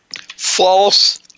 False